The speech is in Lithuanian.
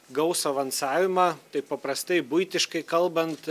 gaus avansavimą taip paprastai buitiškai kalbant